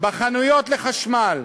בחנויות למוצרי חשמל,